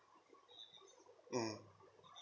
mm